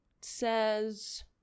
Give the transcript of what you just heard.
says